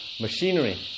machinery